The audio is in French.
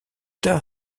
tard